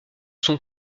son